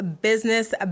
business